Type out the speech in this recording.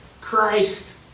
Christ